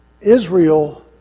Israel